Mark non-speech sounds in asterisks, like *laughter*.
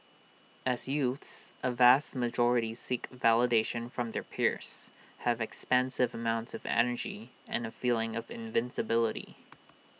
as youths A vast majority seek validation from their peers have expansive amounts of energy and A feeling of invincibility *noise*